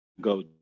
go